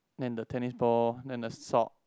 and the tennis ball and the socks